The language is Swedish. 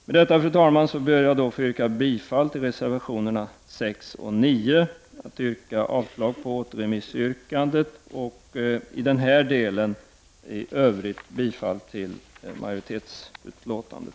Med detta, fru talman, ber jag att få yrka bifall till reservationerna 6 och 9 och avslag på återremissyrkandet samt i denna del i övrigt bifall till majoritetsutlåtandet.